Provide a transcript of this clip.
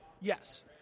Yes